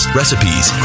recipes